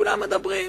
כולם מדברים,